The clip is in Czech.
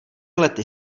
lety